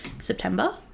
September